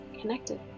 connected